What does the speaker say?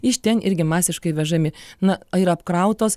iš ten irgi masiškai vežami na yra apkrautos